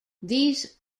these